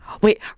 Wait